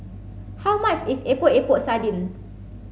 how much is Epok Epok Sardin